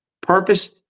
purpose